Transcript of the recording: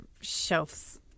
shelves